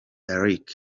d’arc